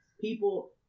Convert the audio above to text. people